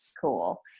cool